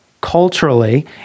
culturally